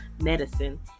medicine